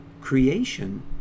creation